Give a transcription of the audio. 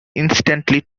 instantly